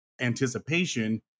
anticipation